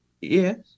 Yes